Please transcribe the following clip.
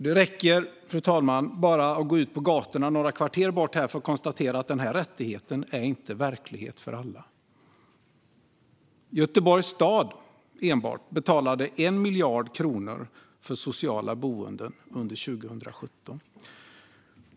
Det räcker, fru talman, att gå ut på gatorna några kvarter bort för att konstatera att denna rättighet inte är verklighet för alla. Göteborgs stad, enbart, betalade 1 miljard kronor för sociala boenden under 2017.